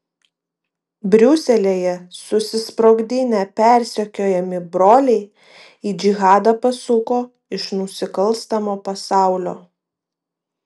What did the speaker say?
briuselyje susisprogdinę persekiojami broliai į džihadą pasuko iš nusikalstamo pasaulio